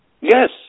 Yes